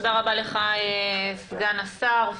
תודה רבה לך סגן השר.